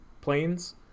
planes